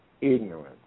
ignorance